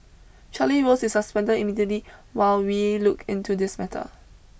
Charlie Rose is suspended immediately while we look into this matter